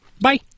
Bye